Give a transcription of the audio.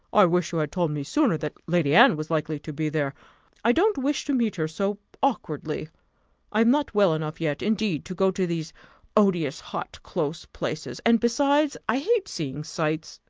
i wish you had told me sooner that lady anne was likely to be there i don't wish to meet her so awkwardly i am not well enough yet, indeed, to go to these odious, hot, close places and, besides, i hate seeing sights.